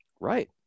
Right